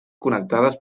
connectades